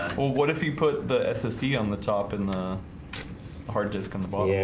well what if you put the ssd on the top and the hard disk on the ball. yeah